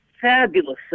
fabulous